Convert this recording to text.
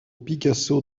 picasso